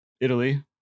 Italy